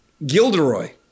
Gilderoy